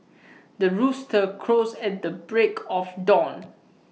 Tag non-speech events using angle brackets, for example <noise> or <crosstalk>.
<noise> the rooster crows at the break of dawn